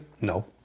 No